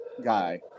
guy